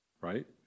right